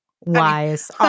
Wise